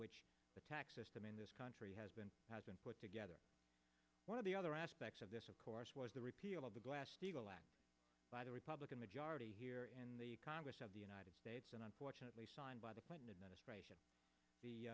which the tax system in this country has been has been put together one of the other aspects of this of course was the repeal of the glass steagall act by the republican majority in the congress of the united states and unfortunately signed by the clinton administration the